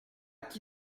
qui